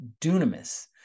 dunamis